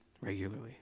regularly